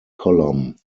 column